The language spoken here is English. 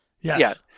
Yes